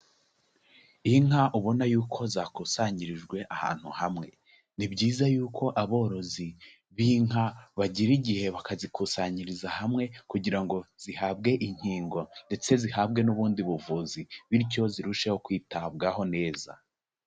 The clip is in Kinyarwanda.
Inka ubona y'uko zakusanyirijwe ahantu hamwe, ni byiza y'uko aborozi b'inka bagira igihe bakazikusanyiriza hamwe kugira ngo zihabwe inkingo ndetse zihabwe n'ubundi buvuzi bityo zirusheho kwitabwaho neza.